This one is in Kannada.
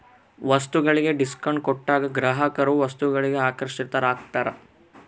ವಸ್ತುಗಳಿಗೆ ಡಿಸ್ಕೌಂಟ್ ಕೊಟ್ಟಾಗ ಗ್ರಾಹಕರು ವಸ್ತುಗಳಿಗೆ ಆಕರ್ಷಿತರಾಗ್ತಾರ